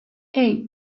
eight